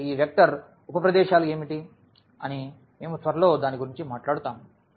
కాబట్టి ఈ వెక్టర్ ఉప ప్రదేశాలు ఏమిటి అని మేము త్వరలో దాని గురించి మాట్లాడతాము